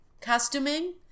Costuming